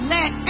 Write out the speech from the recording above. Let